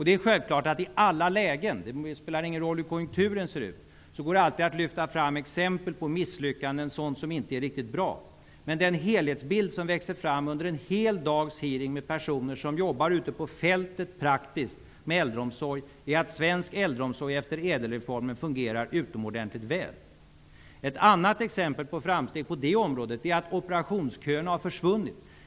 Det är självklart att det i alla lägen, oavsett hur konjunkturen ser ut, går att lyfta fram exempel på misslyckanden och sådant som inte är riktigt bra. Den helhetsbild som växte fram under en hel dags hearing med personer som jobbar praktiskt med äldromsorg ute på fältet var att svensk äldreomsorg efter ÄDEL-reformen fungerar utomordentligt väl. Ett annat exempel på framsteg på det området är att operationsköerna har försvunnit.